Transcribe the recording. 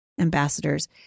ambassadors